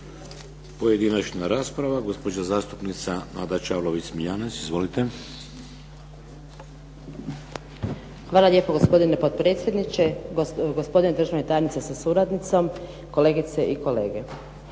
Pojedinačna rasprava. Gospođa zastupnica Nada Čavlović Smiljanec. Izvolite. **Čavlović Smiljanec, Nada (SDP)** Hvala lijepo gospodine potpredsjedniče, gospodine državni tajniče sa suradnicom, kolegice i kolege.